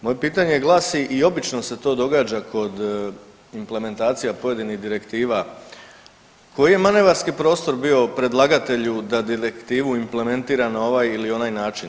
Moje pitanje glasi i obično se to događa kod implementacija pojedinih direktiva, koji je manevarski prostor bio predlagatelju da direktivu implementira na ovaj ili onaj način.